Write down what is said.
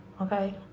Okay